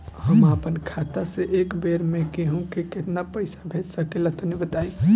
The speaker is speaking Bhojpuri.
हम आपन खाता से एक बेर मे केंहू के केतना पईसा भेज सकिला तनि बताईं?